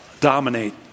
dominate